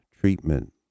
treatment